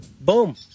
Boom